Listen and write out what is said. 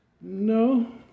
No